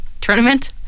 tournament